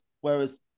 Whereas